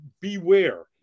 beware